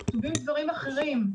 כתובים דברים אחרים.